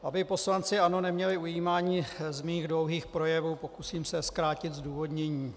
Aby poslanci ANO neměli ujímání z mých dlouhých projevů, pokusím se zkrátit zdůvodnění.